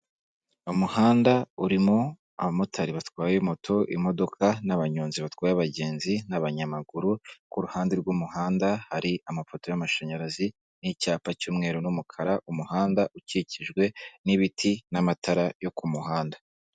Umuhanda urimo abamotari batwaye moto, imodoka n'abanyonzi batwara abagenzi n'abanyamaguru ku ruhande rw'umuhanda hari amafoto y'amashanyarazi n'icyapa cy'umweru n'umukara, umuhanda ukikijwe n'ibiti n'amatara yo ku muhanda.